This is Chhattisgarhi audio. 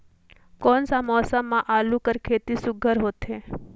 कोन सा मौसम म आलू कर खेती सुघ्घर होथे?